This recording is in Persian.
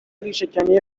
ریشهکنی